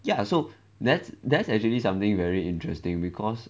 ya so that's that's actually something very interesting because